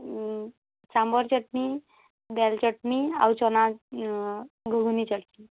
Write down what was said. ସାମ୍ୱର୍ ଚଟ୍ନି ଡାଏଲ୍ ଚଟ୍ନି ଆଉ ଚନା ଘୁଘୁନି ଚଟ୍ନି